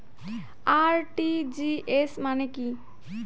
RTGS মানে কি?